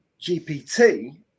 GPT